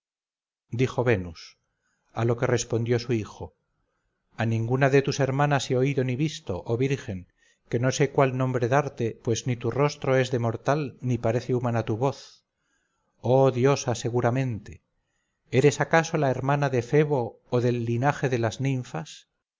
dijo venus a lo que respondió su hijo a ninguna de tus hermanas he oído ni visto oh virgen que no sé cuál nombre darte pues ni tu rostro es de mortal ni parece humana tu voz oh diosa seguramente eres acaso la hermana de febo o del linaje de las ninfas